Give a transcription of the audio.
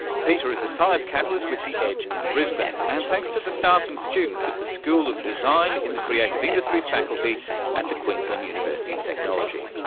peter is a science catalyst with the edge in brisbane. and thanks to the staff and students at the school of design in the creative industries faculty at the queensland university of technology.